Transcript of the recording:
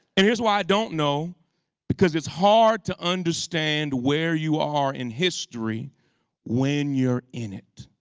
and here's why i don't know because it's hard to understand where you are in history when you're in it.